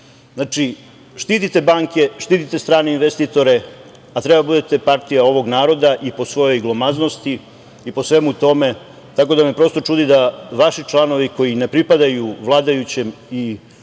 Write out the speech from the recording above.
štitite banke, štitite strane investitore, a treba da budete partija ovog naroda i po svojoj glomaznosti i po svemu tome tako da me, prosto, čudi da vaši članovi, koji ne pripadaju vladajućem i bogatom